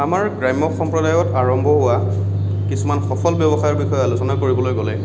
আমাৰ গ্ৰাম্য সম্প্ৰদায়ত আৰম্ভ হোৱা কিছুমান সফল ব্যৱসায়ৰ বিষয়ে আলোচনা কৰিবলৈ গ'লে